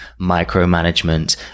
micromanagement